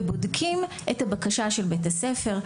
ובודקים את הבקשה של בית הספר,